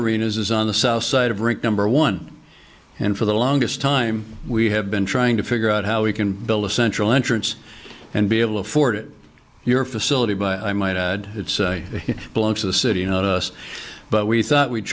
arenas is on the south side of rink number one and for the longest time we have been trying to figure out how we can build a central entrance and be able to afford it your facility but i might add it's belongs to the city but we thought we'd